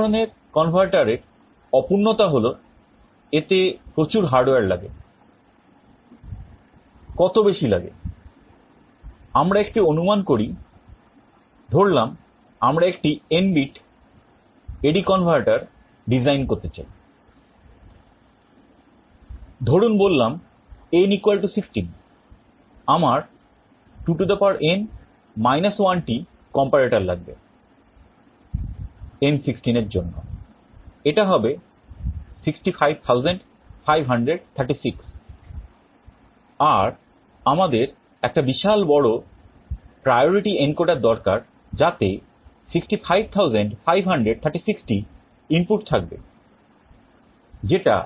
ধরুন বললাম n16 আমার 2n 1 টি comparator লাগবে n16 এর জন্য এটা হবে 65536 আর আমাদের একটা বিশাল বড় priority encoder দরকার যাতে 65536 টি ইনপুট থাকবে যেটা